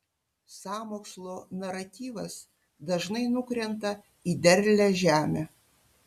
sąmokslo naratyvas dažnai nukrenta į derlią žemę